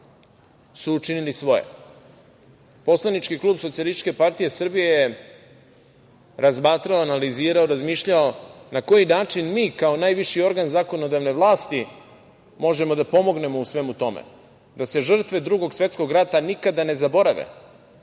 su učinili svoje. Poslanički klub Socijalističke partije Srbije je razmatrao, analizirao, razmišljao na koji način mi kao najviši organ zakonodavne vlasti možemo da pomognemo u svemu tome da se žrtve Drugog svetskog rata ne zaborave